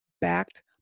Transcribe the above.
Backed